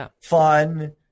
fun